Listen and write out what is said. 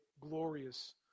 glorious